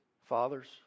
fathers